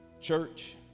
Church